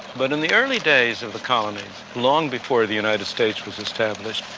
but in the early days of the colonies, long before the united states was established,